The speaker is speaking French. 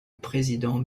président